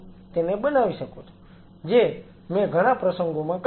જે મેં ઘણા પ્રસંગોમાં કર્યું છે